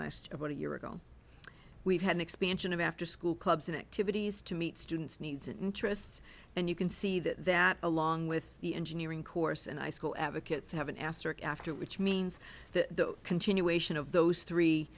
last about a year ago we've had an expansion of after school clubs and activities to meet students needs and interests and you can see that that along with the engineering course and i school advocates have an asterisk after which means the continuation of those three